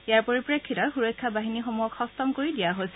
ইয়াৰ পৰিপ্ৰেক্ষিতত সুৰক্ষা বাহিনীসমূহক সষ্টম কৰি দিয়া হৈছে